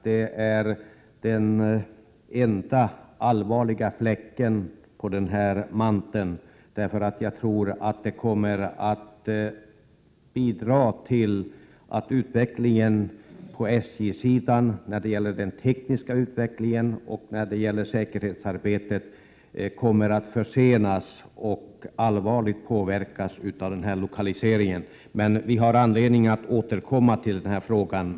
Det är den enda allvarliga fläcken på denna mantel. Det kommer nog att bidra till att utvecklingen på SJ:s sida när det gäller den tekniska delen och när det gäller säkerhetsarbetet kommer att försenas och allvarligt påverkas av denna lokalisering. Vi har emellertid anledning att återkomma till denna fråga.